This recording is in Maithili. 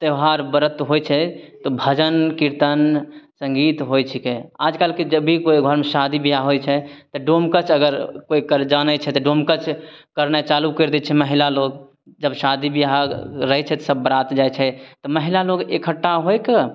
त्योहार व्रत होइ छै तऽ भजन कीर्तन सङ्गीत होइ छीकै आजकलके जब भी कोइ घरमे शादी बियाह होइ छै तऽ डोमकच अगर कोइ अगर जानय छै तऽ डोमकच करनाय चालू करि दै छै महिला लोग जब शादी बियाह रहय छै सब बरात जाइ छै महिला लोग एकट्ठा होइके